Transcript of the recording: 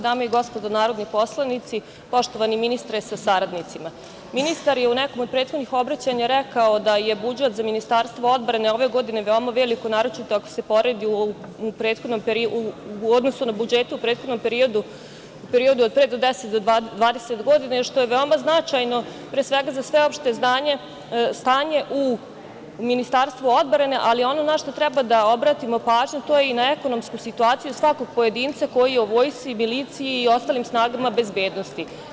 Dame i gospodo narodni poslanici, poštovani ministre sa saradnicima, ministar je u nekom od prethodnih obraćanja rekao da je budžet za Ministarstvo odbrane ove godine veoma velik, naročito ako se poredi u odnosu na budžete u prethodnom periodu, u periode od pre 10 do 20 godina, što je veoma značajno, pre svega za sveopšte stanje u Ministarstvu odbrane, ali ono na šta treba da obratimo pažnju, to je i na ekonomsku situaciju svakog pojedinca koji je u vojsci, miliciji i ostalim snagama bezbednosti.